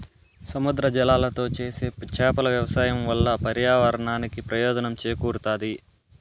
సముద్ర జలాలతో చేసే చేపల వ్యవసాయం వల్ల పర్యావరణానికి ప్రయోజనం చేకూరుతాది